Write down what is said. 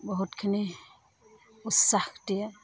বহুতখিনি উৎসাহ দিয়ে